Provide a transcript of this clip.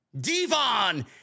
Devon